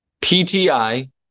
PTI